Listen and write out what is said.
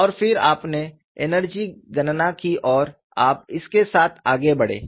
और फिर आपने एनर्जी गणना की और आप इसके साथ आगे बढ़े